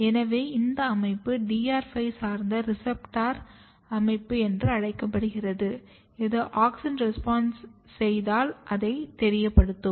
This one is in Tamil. எனவே இந்த அமைப்பு DR 5 சார்ந்த ரிப்போர்ட்டர் அமைப்பு என்று அழைக்கப்படுகிறது இது ஆக்ஸின் ரெஸ்பான்ஸ் செய்தால் அதை தெரியப்படுத்தும்